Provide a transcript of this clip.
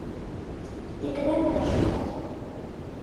tai kada man atšuoliuot